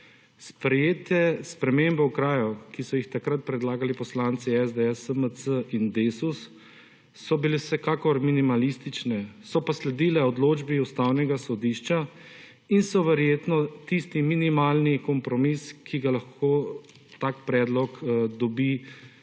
Sprejete spremembe okrajev, ki so jih takrat predlagali poslanci SDS, SMC in Desus so bile vsekakor minimalistične so pa sledile odločbi Ustavne sodišča in so verjetno tisti minimalni kompromis, ki ga lahko tak predlog dobi v